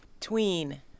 Tween